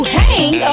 hang